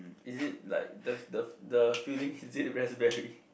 is it like the the the filling is it raspberry